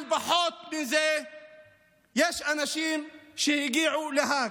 על פחות מזה יש אנשים שהגיעו להאג.